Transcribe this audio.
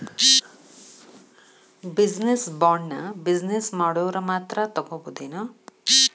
Business ಬಾಂಡ್ನ business ಮಾಡೊವ್ರ ಮಾತ್ರಾ ತಗೊಬೊದೇನು?